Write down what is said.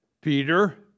Peter